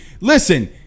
listen